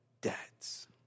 debts